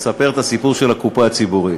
לספר את הסיפור של הקופה הציבורית.